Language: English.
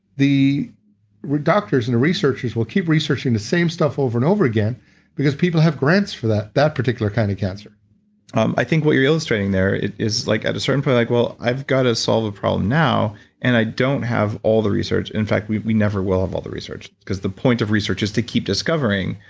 the doctors and researchers will keep researching the same stuff over and over again because people have grants for that, that particular kind of cancer um i think what you're illustrating there it is like at a certain point like well, i've got to solve a problem now and i don't have all the research. in fact, we we never will have all the research because the point of research is to keep discovering.